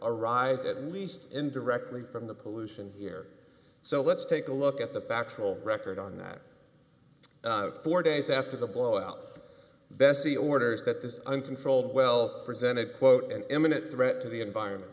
arise at least indirectly from the pollution here so let's take a look at the factual record on that four days after the blowout bessie orders that this uncontrolled well presented quote an eminent threat to the environment